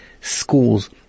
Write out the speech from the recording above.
schools